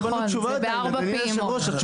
נכון, זה בארבע פעימות.